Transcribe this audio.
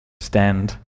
Stand